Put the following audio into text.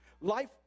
Life